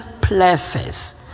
places